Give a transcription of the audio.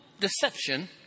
deception